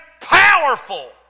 powerful